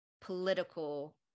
political